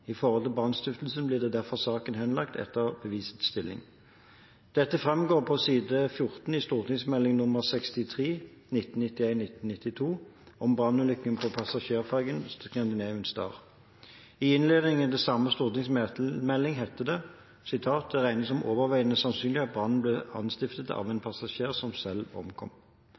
I forhold til brannstiftelsen blir derfor saken å henlegge etter bevisets stilling.» Dette framgår på side 14 i St.meld. nr. 63 for 1991–1992 Om brannulykken på passasjerfergen Scandinavian Star. I innledningen til samme stortingsmelding heter det: «Det regnes som overveiende sannsynlig at brannene ble anstiftet av en passasjer som selv omkom.»